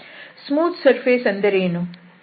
smooth surface ಎಂದರೇನು